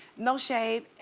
no shade.